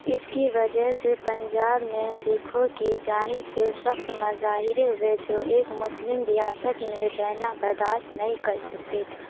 اس کی وجہ سے پنجاب میں سکھوں کی جانب سے سخت مظاہرے ہوئے جو ایک مسلم ریاست میں رہنا برداشت نہیں کر سکتے تھے